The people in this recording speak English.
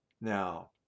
Now